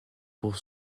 pour